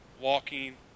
walking